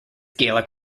gaelic